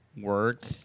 work